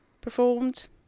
performed